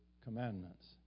commandments